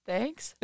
Thanks